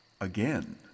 again